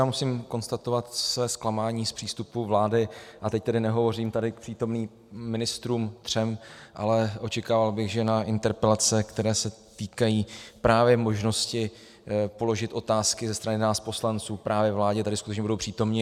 Já musím konstatovat své zklamání z přístupu vlády, a teď tedy nehovořím k tady přítomným ministrům, třem, ale očekával bych, že na interpelace, které se týkají právě možnosti položit otázky ze strany nás poslanců právě vládě, tady skutečně budou přítomni.